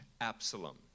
Absalom